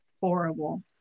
horrible